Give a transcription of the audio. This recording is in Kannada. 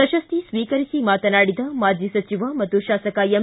ಪ್ರಶಸ್ತಿ ಸ್ವೀಕರಿಸಿ ಮಾತನಾಡಿದ ಮಾಜಿ ಸಚಿವ ಮತ್ತು ಶಾಸಕ ಎಂ